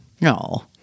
No